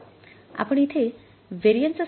आपण इथे व्हेरिएन्ससंदर्भातील मोजमाप करीत आहोत